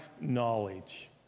knowledge